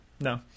No